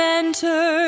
enter